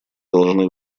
должны